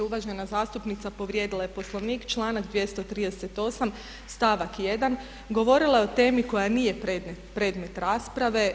Uvažena zastupnica povrijedila je Poslovnik, članak 238. stavak 1. govorila je o temi koja nije predmet rasprave.